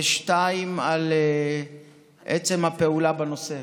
והשנייה על עצם הפעולה בנושא.